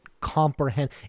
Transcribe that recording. comprehend